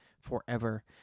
forever